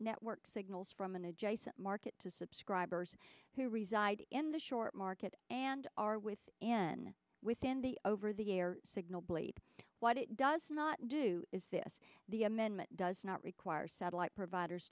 network signals from an adjacent market to subscribers who reside in the short market and are with end within the over the air signal bleep what it does not do is this the amendment does not require satellite providers